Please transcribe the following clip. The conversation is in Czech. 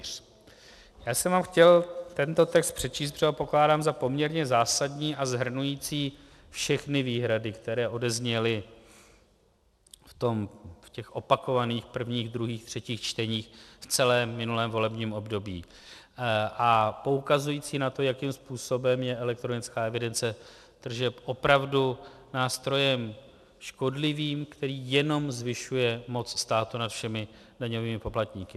Chtěl jsem vám tento text přečíst, protože ho pokládám za poměrně zásadní a shrnující všechny výhrady, které odezněly v těch opakovaných prvních, druhých, třetích čteních v celém minulém volebním období, a poukazující na to, jakým způsobem je elektronická evidence tržeb opravdu nástrojem škodlivým, který jenom zvyšuje moc státu nad všemi daňovými poplatníky.